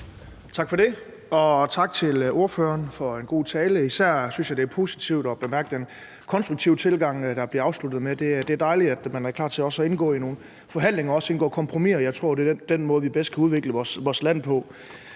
Tak for det, og tak til ordføreren for en god tale. Især synes jeg, det er positivt at bemærke den konstruktive tilgang, der bliver afsluttet med. Det er dejligt, at man er klar til også at indgå i nogle forhandlinger og også indgå kompromiser. Jeg tror, det er den måde, vi bedst kan udvikle vores land på.